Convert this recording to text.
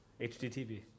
HDTV